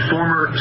Former